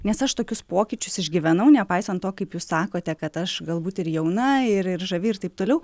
nes aš tokius pokyčius išgyvenau nepaisant to kaip jūs sakote kad aš galbūt ir jauna ir ir žavi ir taip toliau